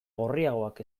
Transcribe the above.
gorriagoak